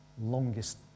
Longest